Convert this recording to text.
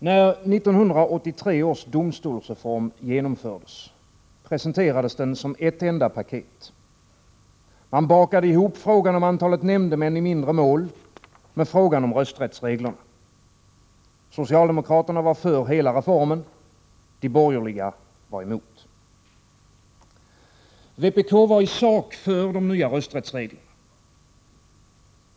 Herr talman! När 1983 års domstolsreform genomfördes, presenterades den som ett enda paket. Man bakade ihop frågan om antalet nämndemän i mindre mål med frågan om rösträttsreglerna. Socialdemokraterna var för hela reformen, de borgerliga var emot. Vpk vari sak för de nya rösträttsreglerna.